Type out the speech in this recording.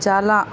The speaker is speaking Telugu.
చాలా